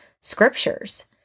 scriptures